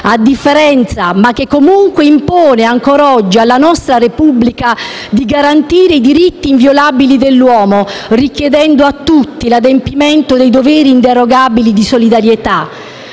di fraternità e che impone ancora oggi alla nostra Repubblica di garantire i diritti inviolabili dell'uomo, richiedendo a tutti l'adempimento dei doveri inderogabili di solidarietà.